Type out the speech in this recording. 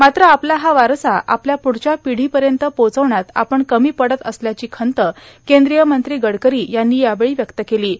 मात्र आपला हा वारसा आपल्या पुढच्या पंपढोपयत पोचवण्यात आपण कमी पडत असल्याची खंत कद्रीय मंत्री र्मितीन गडकरां यांनी यावेळी व्यक्त केलों